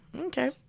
okay